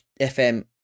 FM